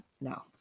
No